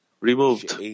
removed